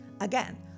Again